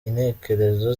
intekerezo